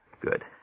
Good